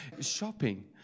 Shopping